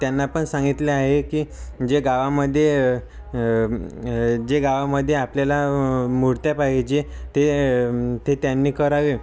त्यांना पण सांगितले आहे की जे गावामध्ये जे गावामध्ये आपल्याला मूर्त्या पाहिजे ते ते त्यांनी करावे